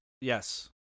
Yes